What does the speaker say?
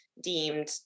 deemed